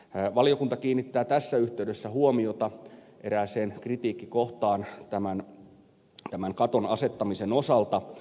valiokunta kiinnittää tässä yhteydessä huomiota erääseen kritiikkikohtaan tämän katon asettamisen osalta